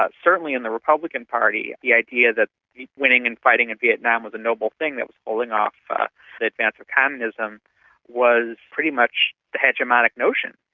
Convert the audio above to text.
ah certainly in the republican party, the idea that winning and fighting in vietnam was a noble thing that was holding off but the advance communism was pretty much the hegemonic notion.